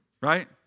Right